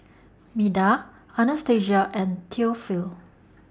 Meda Anastasia and Theophile